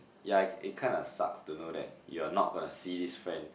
ya it it kinda sucks to know that you are not going to see this friend